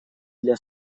для